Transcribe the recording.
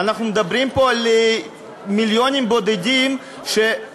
אנחנו מדברים פה על מיליונים בודדים ואותם